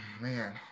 man